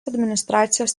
administracijos